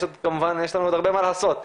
יש כמובן עוד הרבה מה לעשות.